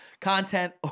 Content